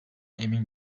emin